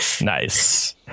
Nice